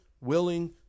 willing